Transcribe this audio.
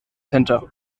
center